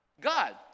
God